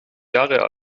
jahre